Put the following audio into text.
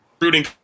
rooting